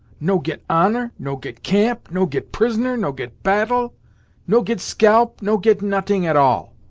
no get honour no get camp no get prisoner no get battle no get scalp no get not'ing at all!